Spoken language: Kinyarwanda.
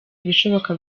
ibishoboka